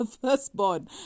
firstborn